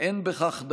לא די בכך,